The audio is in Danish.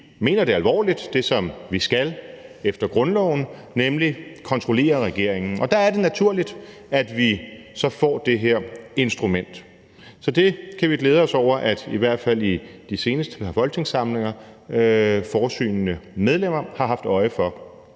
mener det alvorligt, altså det, som vi skal ifølge grundloven, nemlig at kontrollere regeringen. Og der er det naturligt, at vi så får det her instrument. Så vi kan glæde os over, at der i hvert fald i de seneste folketingssamlinger har været fremsynede medlemmer, der har haft øje for